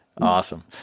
Awesome